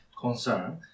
concern